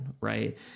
right